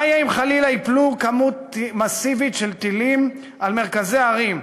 מה יהיה אם חלילה תיפול כמות מסיבית של טילים על מרכזי הערים,